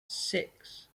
six